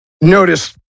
notice